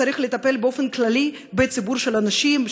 צריך לטפל באופן כללי בציבור של הנשים,